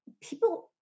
people